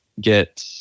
get